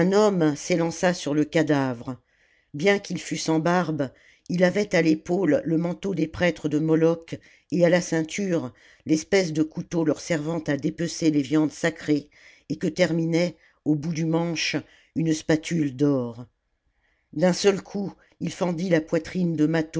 s'élança sur le cadavre bien qu'il fût sans barbe il avait à l'épaule le manteau des prêtres de moloch et à la ceinture l'espèce de couteau leur servant à dépecer les viandes sacrées et que terminait au bout du manche une spatule d'or d'un seul coup il fendit la poitrine de